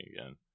again